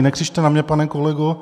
Nekřičte na mě, pane kolego!